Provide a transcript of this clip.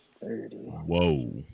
Whoa